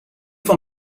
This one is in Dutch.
van